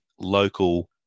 local